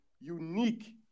unique